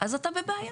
אז אתה בבעיה.